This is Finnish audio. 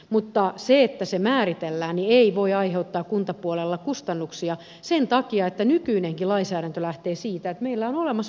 mutta se että se määritellään ei voi aiheuttaa kuntapuolelle kustannuksia sen takia että nykyinenkin lainsäädäntö lähtee siitä että meillä on olemassa maksimikoko